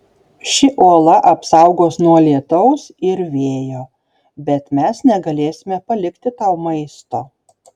ši uola apsaugos nuo lietaus ir vėjo bet mes negalėsime palikti tau maisto